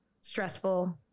stressful